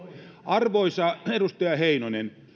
arvoisa edustaja heinonen